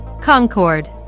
Concord